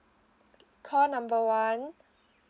call number one